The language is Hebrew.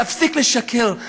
להפסיק לשקר.